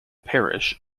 parish